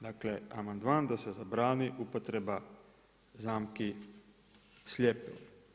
Dakle amandman da se zabrani upotreba zamki s ljepilom.